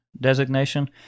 designation